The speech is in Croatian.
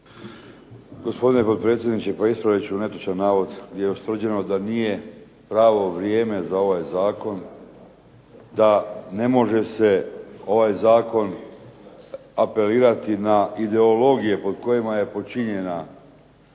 Gospodine potpredsjedniče pa ispravit ću netočan navod gdje je ustvrđeno da nije pravo vrijeme za ovaj zakon, da ne može se ovaj zakon apelirati na ideologije pod kojima je počinjena,